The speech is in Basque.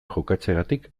jokatzeagatik